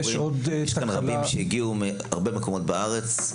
יש כאן רבים שהגיעו מהרבה מקומות בארץ,